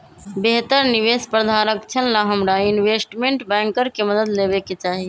बेहतर निवेश प्रधारक्षण ला हमरा इनवेस्टमेंट बैंकर के मदद लेवे के चाहि